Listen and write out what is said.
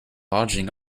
lodging